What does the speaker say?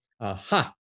aha